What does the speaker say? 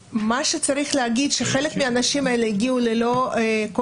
שצריך להגיד זה שחלק מהאנשים האלה הגיעו ללא כל